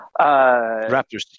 Raptors